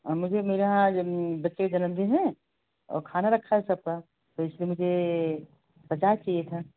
और मुझे मेरे बच्चे का जनमदिन है और खाना रखा सबका तो इसलिए मुझे पचास चाहिए था